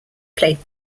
played